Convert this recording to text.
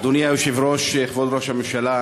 אדוני היושב-ראש, כבוד ראש הממשלה,